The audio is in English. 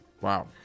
Wow